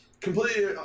completely